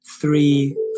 three